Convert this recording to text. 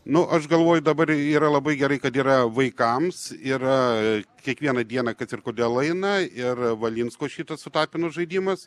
nu aš galvoju dabar yra labai gerai kad yra vaikams yra kiekvieną dieną kas ir kodėl eina ir valinsko šita su tapinu žaidimas